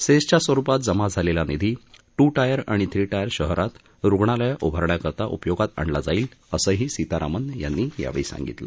सेसच्या स्वरुपात जमा झालेला निधी टू टायर आणि थ्री टायर शहरात रुग्णालयं उभारण्याकरता उपयोगात आणला जाईल असंही सीतारामन यांनी यावेळी सांगितलं